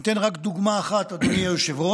אני אתן רק דוגמה אחת, אדוני היושב-ראש,